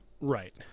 Right